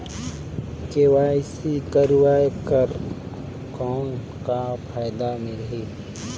KYC कराय कर कौन का फायदा मिलही?